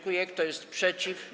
Kto jest przeciw?